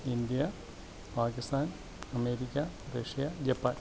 India Pakistan America Russia Japan